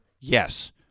Yes